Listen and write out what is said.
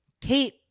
Kate